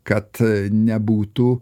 kad nebūtų